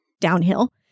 downhill